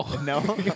no